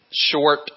short